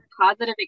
positive